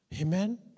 Amen